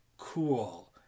cool